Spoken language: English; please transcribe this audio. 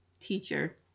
teacher